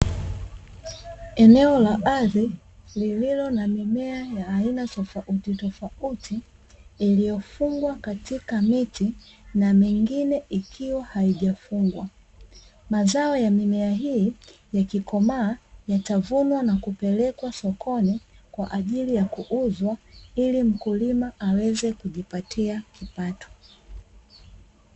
Eneo la ardhi lililo na mimea ya aina tofautitofauti iliyofungwa katika miti na mingine ikiwa haijafungwa, mazao ya mimea hii yakikomaa yatavunwa na kupelekwa sokoni kwa ajili ya kuuzwa ili mkulima aweze kujipatia kipato.